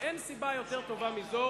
ואין סיבה יותר טובה מזו